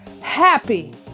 happy